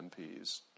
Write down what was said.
MPs